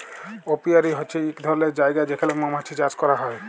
apiary হছে ইক ধরলের জায়গা যেখালে মমাছি চাষ ক্যরা হ্যয়